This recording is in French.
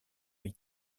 est